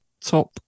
top